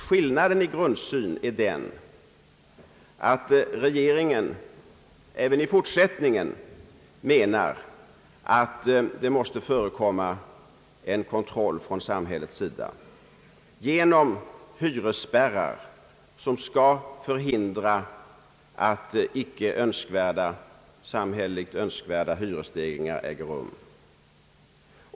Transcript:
Skillnaden i grundsyn är den, att regeringen även i fortsättningen menar att det måste förekomma en kontroll från samhällets sida genom hyresspärrar, som skall förhindra att samhälleligt icke önskvärda hyresstegringar äger rum.